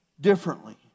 differently